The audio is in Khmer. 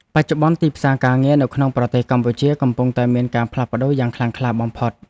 បច្ចុប្បន្ន ទីផ្សារការងារនៅក្នុងប្រទេសកម្ពុជាកំពុងតែមានការផ្លាស់ប្តូរយ៉ាងខ្លាំងក្លាបំផុត។